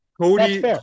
Cody